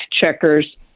checkers